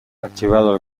archivado